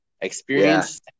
experience